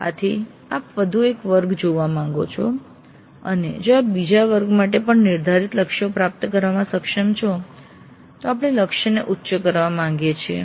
આથી આપ વધુ એક વર્ગમાં જોવા માંગો છો અને જો આપ બીજા વર્ગ માટે પણ નિર્ધારિત લક્ષ્યો પ્રાપ્ત કરવામાં સક્ષમ છો તો આપણે લક્ષ્યને ઉચ્ચ કરવા માંગીએ છીએ